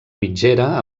mitgera